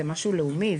זה משהו לאומי,